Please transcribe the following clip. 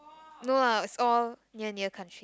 no lah it's all near near country